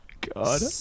God